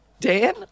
Dan